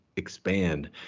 expand